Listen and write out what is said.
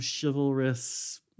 chivalrous